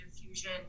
fusion